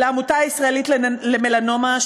לעמותה הישראלית למלנומה,